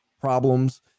problems